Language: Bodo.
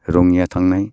रङिया थांनाय